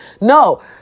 No